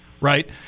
right